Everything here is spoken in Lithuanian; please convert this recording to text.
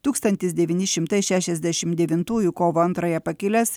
tūkstantis devyni šimtai šešiasdešim devintųjų kovo antrąją pakilęs